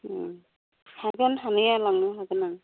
हागोन हानाया लांनो हागोन आं